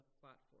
platform